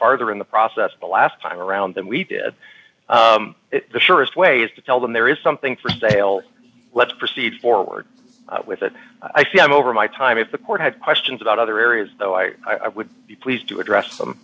farther in the process the last time around than we did the surest way is to tell them there is something for sale let's proceed forward with it i see over my time if the court had questions about other areas though i i would be pleased to address them